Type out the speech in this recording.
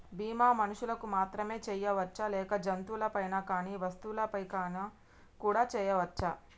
బీమా మనుషులకు మాత్రమే చెయ్యవచ్చా లేక జంతువులపై కానీ వస్తువులపై కూడా చేయ వచ్చా?